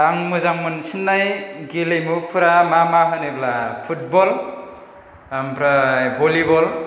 आं मोजां मोनसिननाय गेलेमुफोरा मा मा होनोब्ला फुटबल ओमफ्राय भलिबल